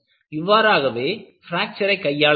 இவ்வாறாகவே பிராக்ச்சரை கையாள வேண்டும்